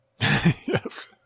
Yes